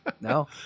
No